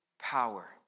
power